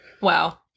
Wow